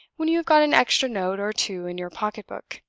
when you have got an extra note or two in your pocket-book.